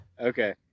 Okay